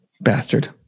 Bastard